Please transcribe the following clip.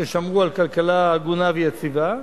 ששמרו על כלכלה הגונה ויציבה,